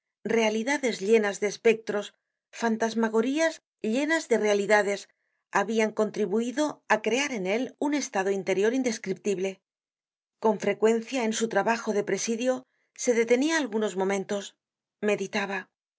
realidades llenas de espectros fantasmagorías llenas de realidades habian contribuido á crear en él un estado interior indescriptible con frecuencia en su trabajo de presidio se detenia algunos momentos meditaba su